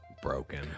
broken